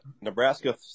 Nebraska